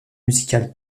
musicale